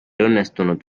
õnnestunud